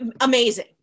Amazing